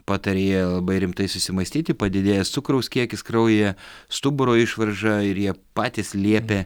patarė jie labai rimtai susimąstyti padidėjęs cukraus kiekis kraujyje stuburo išvarža ir jie patys liepė